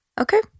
Okay